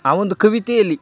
ಆ ಒಂದು ಕವಿತೆಯಲ್ಲಿ